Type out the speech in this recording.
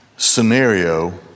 Scenario